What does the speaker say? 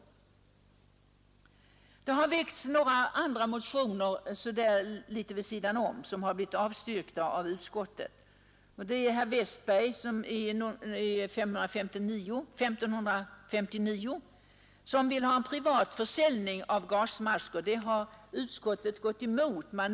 Det har väckts några andra motioner i speciella frågor, som har avstyrkts av utskottet. I motionen 1569 vill herr Westberg i Ljusdal att enskilda skall få möjlighet att själva anskaffa skyddsmasker.